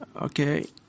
Okay